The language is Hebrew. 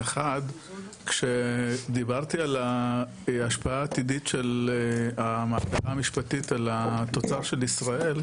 אחד כשדיברתי על ההשפעה העתידית של המהפכה המשפטית על התוצר של ישראל,